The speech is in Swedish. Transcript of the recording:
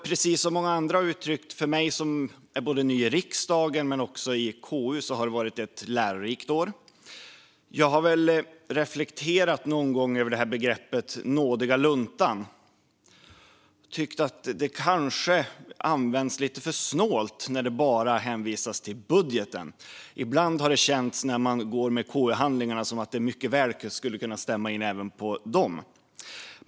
För mig som är ny både i riksdagen och i KU har det varit ett lärorikt år, vilket många andra har uttryckt. Jag har någon gång reflekterat över begreppet nådiga luntan och tyckt att det kanske används lite för snålt när det bara används om budgeten. Ibland när man går med KU-handlingarna känns det som att detta uttryck mycket väl skulle kunna stämma in även på dem.